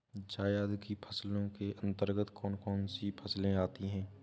जायद की फसलों के अंतर्गत कौन कौन सी फसलें आती हैं?